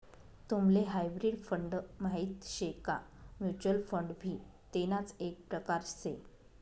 तुम्हले hybrid fund माहित शे का? म्युच्युअल फंड भी तेणाच एक प्रकार से